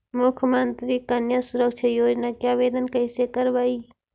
मुख्यमंत्री कन्या सुरक्षा योजना के आवेदन कैसे करबइ?